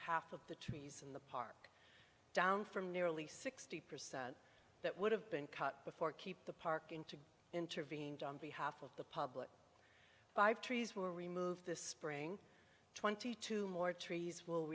half of the trees in the park down from nearly sixty percent that would have been cut before keep the park into intervened on behalf of the public five trees were removed this spring twenty two more trees w